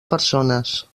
persones